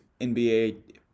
NBA